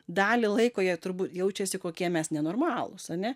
dalį laiko jie turbūt jaučiasi kokie mes nenormalūs ane